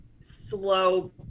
slow